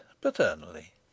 paternally